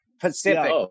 Pacific